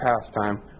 pastime